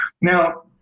Now